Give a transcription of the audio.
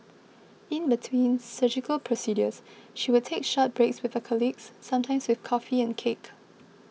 in between surgical procedures she would take short breaks with a colleagues sometimes with coffee and cake